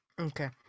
Okay